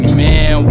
man